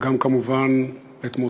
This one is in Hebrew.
וגם, כמובן, את מותו.